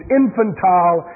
infantile